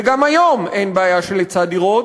וגם היום אין בעיה של היצע דירות.